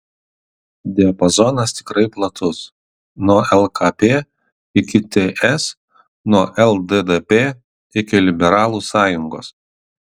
diapazonas tikrai platus nuo lkp iki ts nuo lddp iki liberalų sąjungos